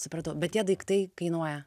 supratau bet tie daiktai kainuoja